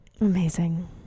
Amazing